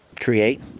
create